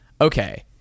okay